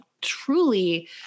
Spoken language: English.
truly